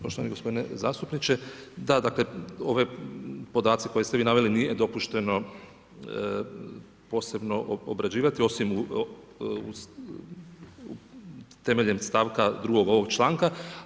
Poštovani gospodine zastupniče da, dakle ovi podaci koje ste vi naveli nije dopušteno posebno obrađivati, osim temeljem stavka 2. ovog članka.